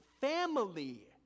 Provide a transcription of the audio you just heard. family